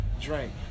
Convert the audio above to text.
drink